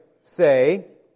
say